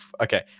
okay